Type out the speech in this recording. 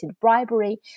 bribery